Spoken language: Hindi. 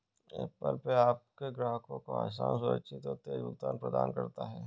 ऐप्पल पे आपके ग्राहकों को आसान, सुरक्षित और तेज़ भुगतान प्रदान करता है